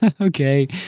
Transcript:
okay